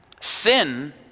Sin